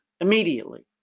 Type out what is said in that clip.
immediately